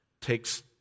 takes